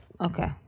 Okay